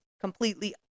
completely